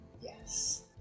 Yes